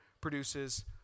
produces